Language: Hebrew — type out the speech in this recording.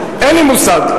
אין לי מושג.